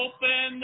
Open